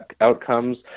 outcomes